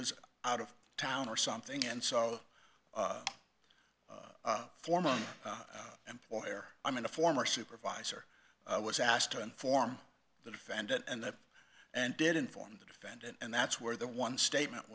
was out of town or something and so former employer i mean a former supervisor was asked to inform the defendant and that and did inform the defendant and that's where the one statement